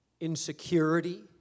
insecurity